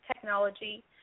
technology